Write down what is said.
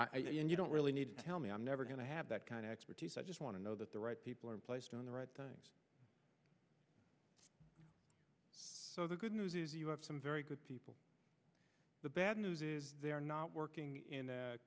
of i mean you don't really need to tell me i'm never going to have that kind of expertise i just want to know that the right people are placed on the right so the good news is you have some very good people the bad news is they are not working in a